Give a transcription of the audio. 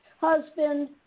Husband